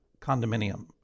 condominium